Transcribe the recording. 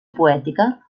poètica